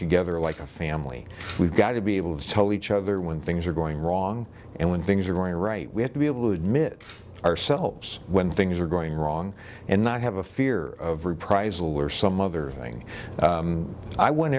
together like a family we've got to be able to tell each other when things are going wrong and when things are going right we have to be able to admit ourselves when things are going wrong and i have a fear of reprisal were some other thing i want